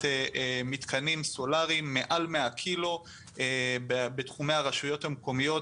מתקנים סולאריים מעל 100 קילו בתחומי הרשויות המקומיות.